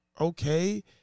okay